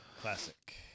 Classic